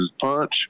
punch